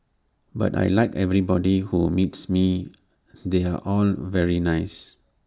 but I Like everybody who meets me they're all very nice